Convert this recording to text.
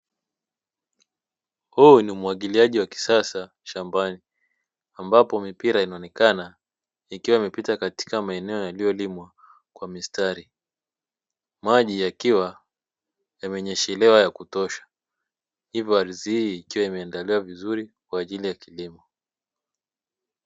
Huu ni umwagiliaji wa kisasa shambani; ambapo mipira inaonekana ikiwa imepita katika maeneo yaliyolimwa kwa mistari, maji yakiwa yemenyeshelewa ya kutosha, hivyo ardhi hii ikiwa imeandaliwa vizuri kwa ajili ya kilimo.